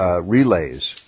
relays